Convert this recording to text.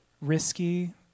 risky